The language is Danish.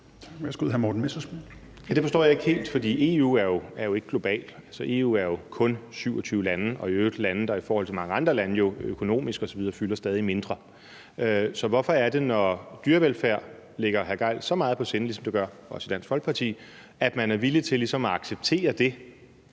Messerschmidt. Kl. 16:38 Morten Messerschmidt (DF): Det forstår jeg ikke helt, for EU er jo ikke noget globalt. EU er kun 27 lande og i øvrigt lande, der i forhold til mange andre lande økonomisk osv. fylder stadig mindre. Så når dyrevelfærd ligger hr. Torsten Gejl så meget på sinde, hvilket det jo også gør for Dansk Folkeparti, hvorfor er man så villig til at acceptere det